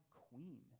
queen